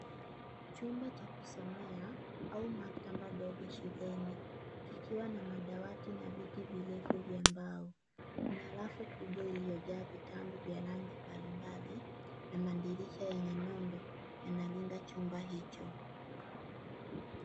Chumba cha kusomea au maktaba ndogo shuleni kikiwa na madawati na viti virefu vya mbao. Kuna rafu kubwa iliyojaa vitabu vya rangi mbalimbali na madirisha yenye nondo yanalinda chumba hicho.